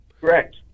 Correct